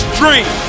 dream